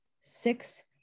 six